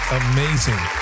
amazing